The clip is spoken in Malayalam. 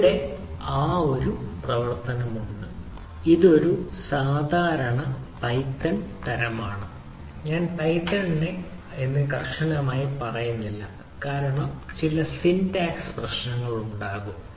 ഇവിടെ ആ പ്രവർത്തനം ഉണ്ട് ഇതൊരു സാധാരണ പൈത്തൺ തരമാണ് ഞാൻ പൈത്തണിനെ കർശനമായി പറയുന്നില്ല കാരണം ചില സിൻടാക്സ് പ്രശ്നങ്ങളുണ്ടാകാം